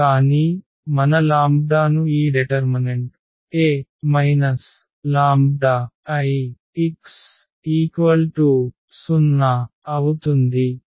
కానీ మన లాంబ్డాను ఈ డెటర్మనెంట్ A λI 0 అవుతుంది